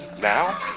Now